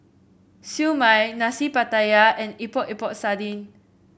Siew Mai Nasi Pattaya and Epok Epok Sardin